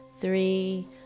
three